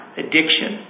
addiction